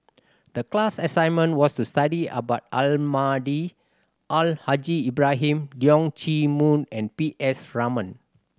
the class assignment was to study about Almahdi Al Haj Ibrahim Leong Chee Mun and P S Raman